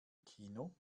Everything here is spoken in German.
kino